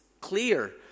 clear